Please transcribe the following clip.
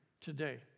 today